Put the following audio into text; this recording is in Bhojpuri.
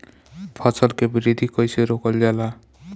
फसल के वृद्धि कइसे रोकल जाला?